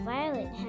Violet